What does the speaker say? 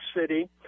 city